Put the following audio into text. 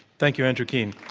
thank you, andrew keen.